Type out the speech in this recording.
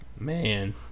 man